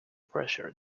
pressure